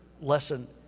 lesson